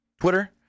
Twitter